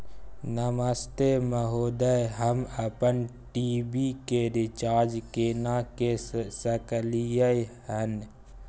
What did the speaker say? नमस्ते महोदय, हम अपन टी.वी के रिचार्ज केना के सकलियै हन?